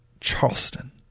Charleston